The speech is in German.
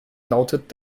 lautet